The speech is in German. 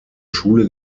schule